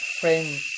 frame